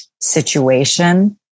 situation